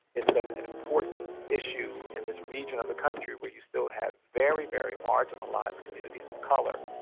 it's an an important issue in this region of the country where you still have very, very marginalised communities of colour,